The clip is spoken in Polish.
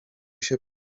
się